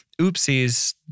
oopsies